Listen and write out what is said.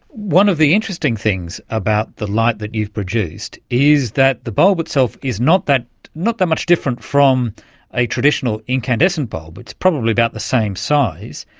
one of the interesting things about the light that you've produced is that the bulb itself is not that not that much different from a traditional incandescent bulb, it's probably about the same size,